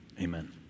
Amen